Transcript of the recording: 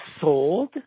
sold